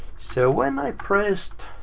so when i pressed